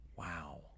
Wow